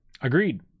Agreed